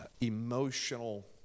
emotional